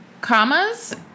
commas